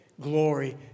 glory